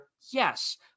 yes